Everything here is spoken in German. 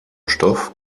stoff